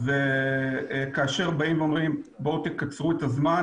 אז כאשר באים ואומרים בואו תקצרו את הזמן,